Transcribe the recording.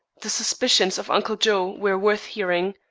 the suspicions of uncle joe were worth hearing.